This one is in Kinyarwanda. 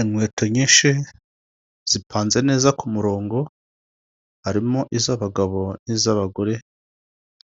Inkweto nyinshi, zipanze neza ku murongo, harimo iz'abagabo n'iz'abagore,